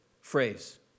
phrase